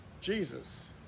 Jesus